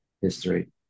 history